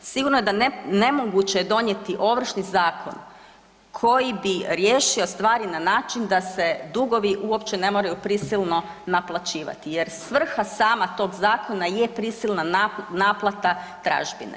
Sigurno je da je nemoguće donijeti Ovršni zakon koji bi riješio stvari na način da se dugovi uopće ne moraju prisilno naplaćivati jer svrha sama tog zakona je prisilna naplata tražbine.